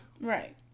Right